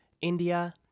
India